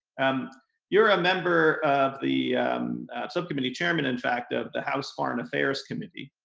um you're a member of the subcommittee, chairman in fact, of the house foreign affairs committee.